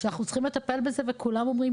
שאנחנו צריכים לטפל בזה וכולם אומרים,